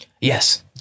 Yes